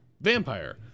vampire